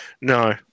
No